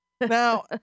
Now